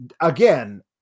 again